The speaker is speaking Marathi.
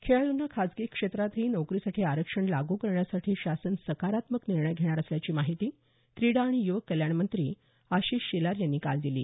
खेळाडूंना खाजगी क्षेत्रातही नोकरीसाठी आरक्षण लागू करण्यासाठी शासन सकारात्मक निर्णय घेणार असल्याची माहिती क्रीडा आणि युवक कल्याण मंत्री आशिष शेलार यांनी काल दिली